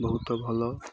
ବହୁତ ଭଲ